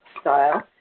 Style